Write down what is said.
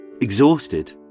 exhausted